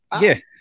yes